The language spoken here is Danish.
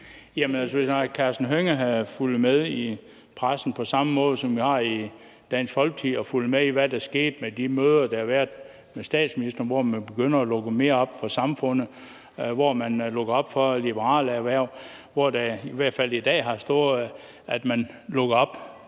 Hvis hr. Karsten Hønge havde fulgt med i pressen på samme måde, som vi har det i Dansk Folkeparti, og fulgt med i, hvad der skete på de møder, der har været med statsministeren, hvor man begynder at lukke mere op for samfundet – hvor man lukker op for de liberale erhverv, hvor der i hvert fald i dag har stået, at man lukker op